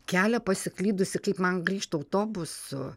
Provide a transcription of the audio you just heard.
kelia pasiklydusi kaip man grįžt autobusu